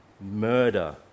murder